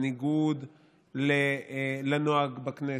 בניגוד לנוהג בכנסת.